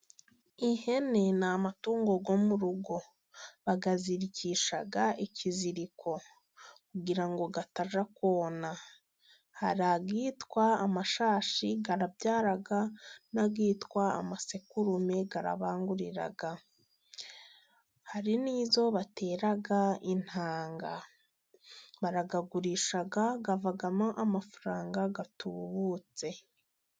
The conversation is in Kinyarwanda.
Ihene ni amatungu yo mu rugo bayizirikisha ikiziriko kugira ngo atajya kona, hari ayitwa amashashi arabyara, n'ayitwa amasekurume arabangurira, hari n'izo batera intanga. Barayagurisha avamo amafaranga atubutse.